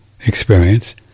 experience